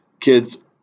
Kids